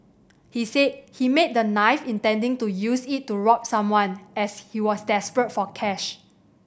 he said he made the knife intending to use it to rob someone as he was desperate for cash